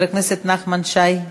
חבר הכנסת נחמן שי,